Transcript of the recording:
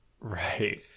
right